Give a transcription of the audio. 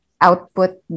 output